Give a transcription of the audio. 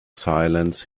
silence